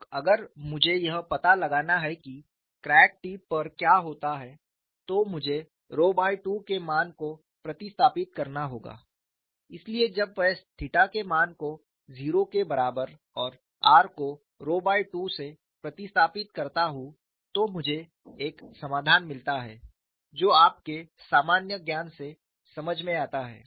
तो अगर मुझे यह पता लगाना है कि क्रैक टिप पर क्या होता है तो मुझे रो बाय 2 के मान को प्रतिस्थापित करना होगा इसलिए जब मैं थीटा के मान को 0 के बराबर और r को रो बाय 2 से प्रतिस्थापित करता हूं तो मुझे एक समाधान मिलता है जो आपके सामान्य ज्ञान से समझ में आता है